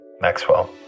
Maxwell